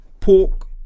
pork